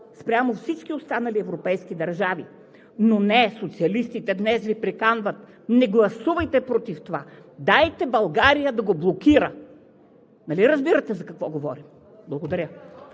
спрямо всички останали европейски държави. Но не, социалистите днес Ви приканват: „Гласувайте против това! Дайте България да го блокира!“ Нали разбирате за какво говоря? Благодаря.